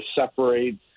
separate